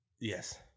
Yes